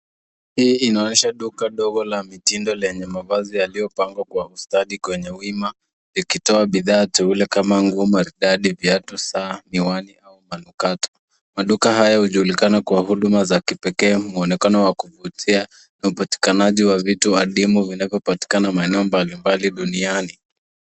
Hii inaonyesha duka dogo la mitindo lenye mavazi yaliyopangwa kwa ustadi kwenye wima, ikitoa bidhaa teule kama nguo maridadi ,viatu, saa ,miwani au manukato. Maduka hayo hujulikana kwa huduma za kipekee, muonekano wa kuvutia na upatikanaji wa vitu adimu vinavyopatikana maeneo mbalimbali duniani.